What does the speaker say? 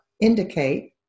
indicate